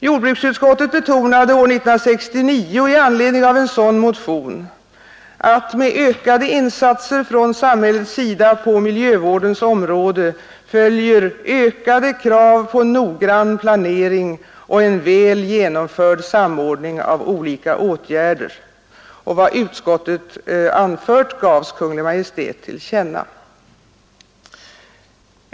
Jordbruksutskottet betonade 1969 i anledning av en sådan motion att med ökade insatser från samhället på miljövårdens område följer ökade krav på noggrann planering och en väl genomförd samordning av olika åtgärder. Vad utskottet anfört gavs Kungl. Maj:t till känna.